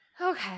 okay